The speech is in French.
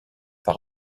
par